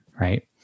right